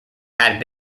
had